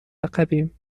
عقبیم